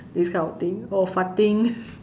this kind of thing or farting